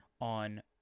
on